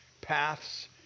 paths